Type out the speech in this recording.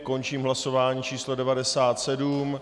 Končím hlasování číslo 97.